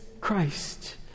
Christ